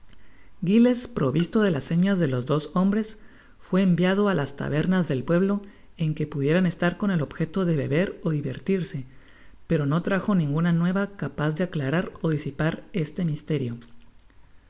giles provisto de las señas de los dós hombres fué enviado á las tabernas del pueblo en que pudieran estar con él objeto de beber ó divertirse pero no trajo ninguna nueva capaz de aclarar ó disipar este misterio